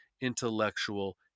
intellectual